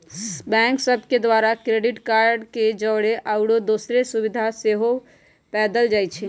bank सभ के द्वारा क्रेडिट कार्ड के जौरे आउरो दोसरो सुभिधा सेहो पदेल जाइ छइ